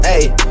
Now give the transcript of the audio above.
Ayy